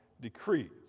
decrees